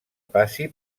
passi